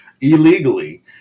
illegally